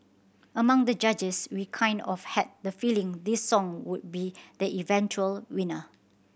amongst the judges we kind of had the feeling this song would be the eventual winner